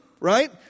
right